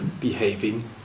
behaving